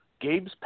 Gabe's